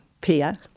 Pia